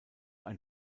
ein